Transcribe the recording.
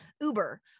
Uber